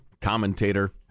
commentator